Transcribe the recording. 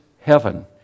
heaven